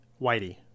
Whitey